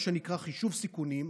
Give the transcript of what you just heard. מה שנקרא חישוב סיכונים,